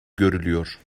görülüyor